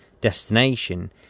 destination